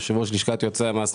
יושב-ראש לשכת יועצי המס,